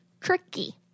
tricky